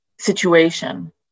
situation